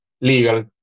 legal